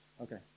Okay